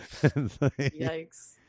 Yikes